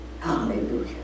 Hallelujah